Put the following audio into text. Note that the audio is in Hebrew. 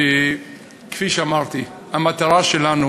כפי שאמרתי, המטרה שלנו